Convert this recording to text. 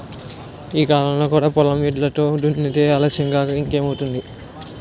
ఈ కాలంలో కూడా పొలం ఎడ్లతో దున్నితే ఆలస్యం కాక ఇంకేటౌద్ది?